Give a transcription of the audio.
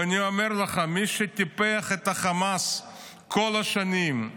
ואני אומר לך, מי שטיפח את החמאס כל השנים,